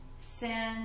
sin